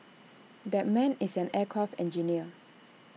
that man is an aircraft engineer